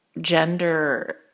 gender